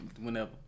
whenever